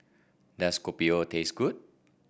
does Kopi O taste good